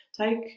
take